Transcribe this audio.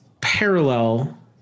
parallel